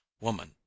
WOMAN